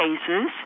cases